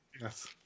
yes